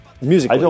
Music